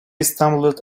stumbled